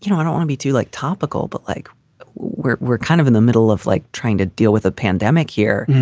you know i don't wanna be to like topical, but like we're we're kind of in the middle of like trying to deal with a pandemic here.